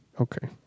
Okay